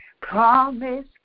promise